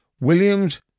Williams